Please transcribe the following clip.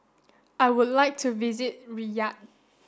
I would like to visit Riyadh